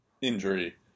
injury